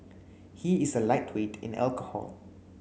he is a lightweight in alcohol